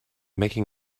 making